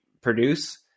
produce